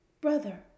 brother